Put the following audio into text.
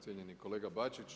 Cijenjeni kolega Bačić.